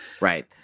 Right